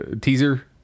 teaser